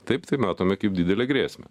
taip tai matome kaip didelę grėsmę